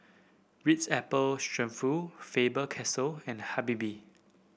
Ritz Apple Faber Castell and Habibie